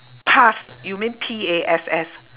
pass you mean P A S S